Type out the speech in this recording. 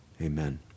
Amen